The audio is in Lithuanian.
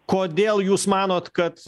kodėl jūs manot kad